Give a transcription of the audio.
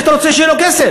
איך אתה רוצה שיהיה לו כסף?